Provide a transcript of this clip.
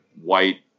white